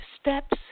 steps